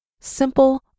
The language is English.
Simple